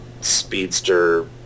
speedster